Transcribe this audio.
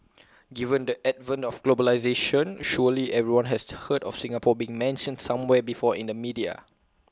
given the advent of globalisation surely everyone has heard of Singapore being mentioned somewhere before in the media